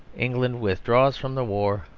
england withdraws from the war.